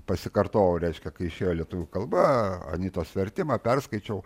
pasikartojo reiškia kai išėjo lietuvių kalba anytos vertimą perskaičiau